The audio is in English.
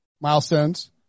milestones